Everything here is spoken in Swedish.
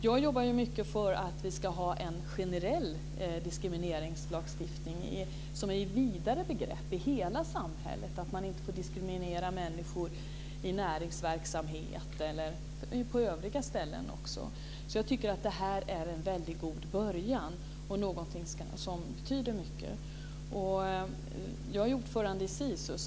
Jag jobbar mycket för att vi ska ha en generell diskrimineringslagstiftning som ger ett vidare begrepp i hela samhället att man inte får diskriminera människor i näringsverksamhet eller på övriga ställen. Jag tycker att det här är en god början Jag är ju ordförande i Sisu.